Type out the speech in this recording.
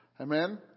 Amen